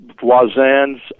Voisin's